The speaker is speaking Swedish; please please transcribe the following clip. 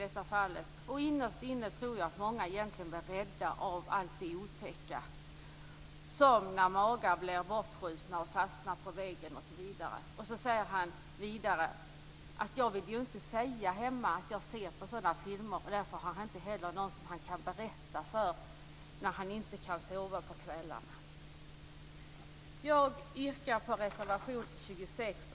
Jag tror att många innerst inne blir mycket rädda av allt det otäcka, t.ex. när magar blir bortskjutna och fastnar på väggen. Han säger att han hemma inte vill berätta att han ser på sådana filmer. Därför har han inte heller någon han kan prata med när han inte kan somna på kvällarna. Jag yrkar bifall till reservation 26.